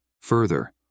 further